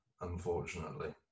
Unfortunately